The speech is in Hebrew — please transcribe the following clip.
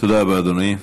תודה רבה, אדוני.